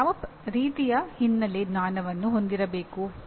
ನೀವು ಯಾವ ರೀತಿಯ ಹಿನ್ನೆಲೆ ಜ್ಞಾನವನ್ನು ಹೊಂದಿರಬೇಕು